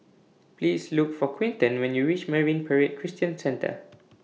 Please Look For Quinton when YOU REACH Marine Parade Christian Centre